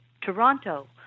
Toronto